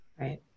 Right